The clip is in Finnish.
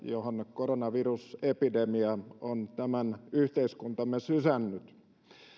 koronavirusepidemia on tämän yhteiskuntamme sysännyt